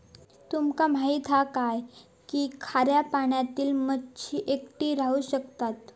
तुमका माहित हा काय की खाऱ्या पाण्यातली मच्छी एकटी राहू शकता